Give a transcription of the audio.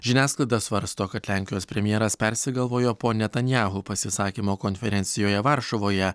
žiniasklaida svarsto kad lenkijos premjeras persigalvojo po netanjaho pasisakymo konferencijoje varšuvoje